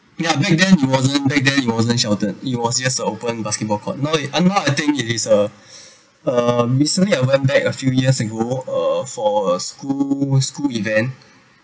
yeah back then it wasn't back then it wasn't sheltered it was just a open basketball court now and now I think it is a uh recently I went back a few years ago uh for a school's school event